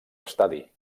estadi